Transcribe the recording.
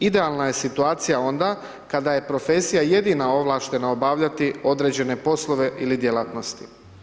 Idealna je situacija onda kada je profesija jedina ovlaštena obavljati određene poslove ili djelatnosti.